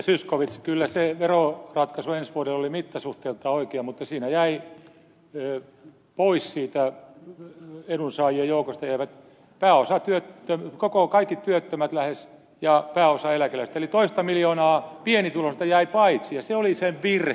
zyskowicz kyllä se veroratkaisu ensi vuodelle oli mittasuhteiltaan oikea mutta siinä jäivät pois siitä edunsaajien joukosta lähes kaikki työttömät ja pääosa eläkeläisistä eli toista miljoonaa pienituloista jäi paitsi ja se oli se virhe